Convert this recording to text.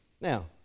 Now